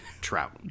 Trout